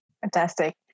Fantastic